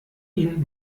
ihn